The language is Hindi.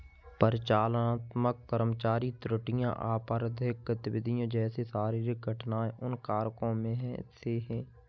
परिचालनात्मक कर्मचारी त्रुटियां, आपराधिक गतिविधि जैसे शारीरिक घटनाएं उन कारकों में से है